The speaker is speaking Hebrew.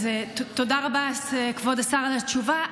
תודה רבה, כבוד השר, על התשובה.